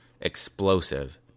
explosive